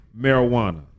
marijuana